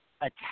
attack